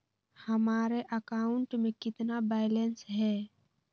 हमारे अकाउंट में कितना बैलेंस है?